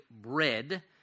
bread